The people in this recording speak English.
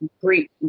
great